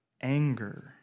Anger